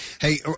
Hey